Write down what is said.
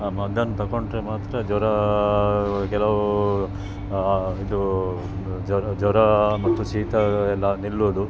ಮದ್ದನ್ನು ತೊಗೊಂಡ್ರೆ ಮಾತ್ರ ಜ್ವರ ಕೆಲವು ಇದು ಜ್ವರ ಜ್ವರ ಮತ್ತು ಶೀತ ಎಲ್ಲ ನಿಲ್ಲುವುದು